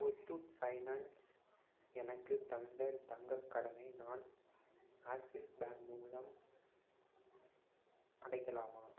Muthoot finance எனக்குத் தந்த தங்கக் கடனை நான் ஆக்ஸிஸ் பேங்க் மூலம் அடைக்கலாமா